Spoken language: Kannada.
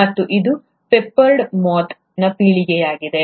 ಮತ್ತು ಇದು ಪೆಪ್ಪೆರ್ಡ್ ಮೊತ್ನ ಪೀಳಿಗೆಯಾಗಿದೆ